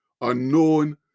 unknown